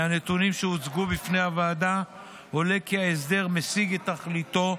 מהנתונים שהוצגו בפני הוועדה עולה כי ההסדר משיג את תכליתו,